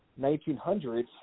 1900s